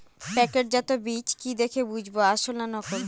প্যাকেটজাত বীজ কি দেখে বুঝব আসল না নকল?